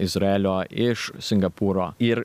izraelio iš singapūro ir